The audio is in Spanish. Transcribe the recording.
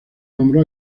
nombró